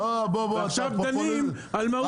ועכשיו דנים על מהות העונש.